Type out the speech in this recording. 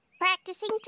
Practicing